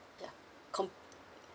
ya com~